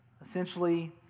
Essentially